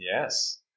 Yes